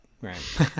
right